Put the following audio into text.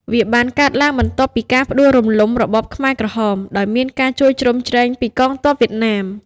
វាបានកើតឡើងបន្ទាប់ពីការផ្ដួលរំលំរបបខ្មែរក្រហម ដោយមានការជួយជ្រោមជ្រែងពីកងទ័ពវៀតណាម ។